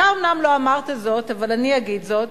אתה אומנם לא אמרת זאת, אבל אני אגיד זאת: